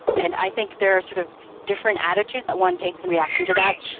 and i think there are sort of different attitudes that one takes in reaction to that,